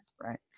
right